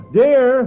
dear